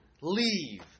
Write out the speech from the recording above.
leave